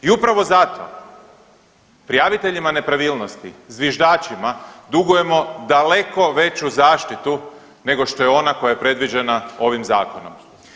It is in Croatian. I upravo zato prijaviteljima nepravilnosti, zviždačima dugujemo daleko veću zaštitu nego što je ona koja je predviđena ovim zakonom.